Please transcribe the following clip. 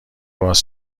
باز